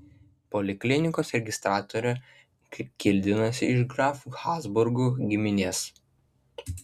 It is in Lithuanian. poliklinikos registratorė kildinosi iš grafų habsburgų giminės